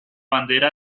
bandera